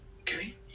Okay